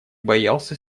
боялся